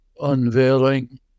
unveiling